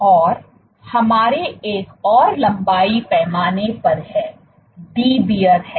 और हमारे एक और लंबाई पैमाने पर है Dbrहै